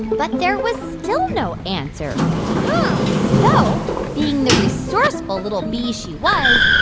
but there was still no answer huh so being the resourceful little bee she was,